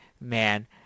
man